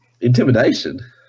Intimidation